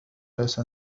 ليس